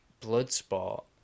Bloodsport